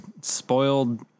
spoiled